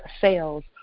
sales